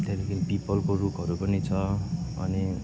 त्यहाँदेखि पिपलको रुखहरू पनि छ अनि